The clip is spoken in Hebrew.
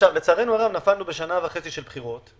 לצערנו הרב נפלנו על שנה וחצי של בחירות,